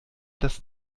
das